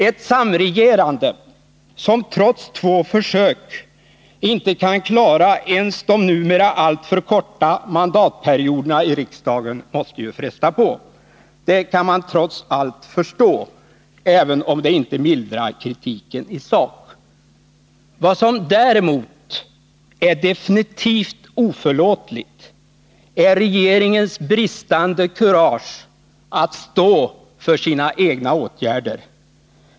Ett samregerande som trots två försök inte kan klara ens de numera alltför korta mandatperioderna i riksdagen måste fresta på. Det kan man trots allt förstå, även om det inte mildrar kritiken i sak. Vad som däremot är definitivt oförlåtligt är regeringens bristande kurage att stå för sina egna åtgärder.